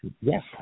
Yes